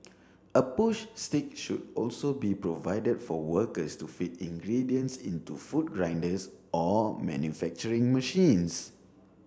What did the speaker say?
a push stick should also be provided for workers to feed ingredients into food grinders or manufacturing machines